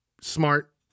smart